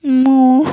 ମୁଁ